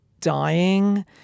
dying